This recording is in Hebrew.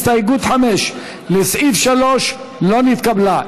הסתייגות 5, לסעיף 3, לא נתקבלה.